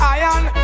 iron